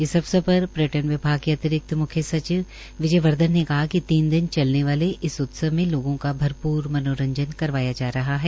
इस अवसर पर पर्यटन विभाग ने अतिरिकत मुख्य सचिव विजय वर्धन ने कहा कि तीन दिन चलने वाले इस उत्सव में लोगों का भरपूर मनोरंजन करवाया जा रहा है